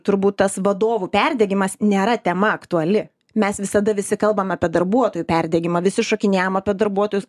turbūt tas vadovų perdegimas nėra tema aktuali mes visada visi kalbame apie darbuotojų perdegimą visi šokinėjam apie darbuotojus